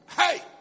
Hey